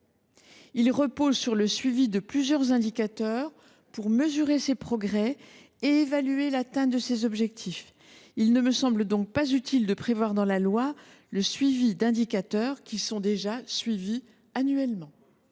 qui repose sur la surveillance de plusieurs indicateurs pour mesurer les progrès et évaluer l’atteinte de ses objectifs. Il ne semble donc pas utile de prévoir dans la loi le suivi d’indicateurs qui sont déjà surveillés annuellement.